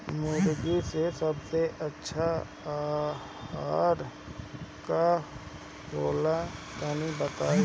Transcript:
मुर्गी के सबसे अच्छा आहार का होला तनी बताई?